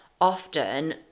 often